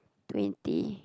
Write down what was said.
twenty